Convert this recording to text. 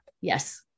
Yes